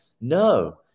No